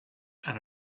and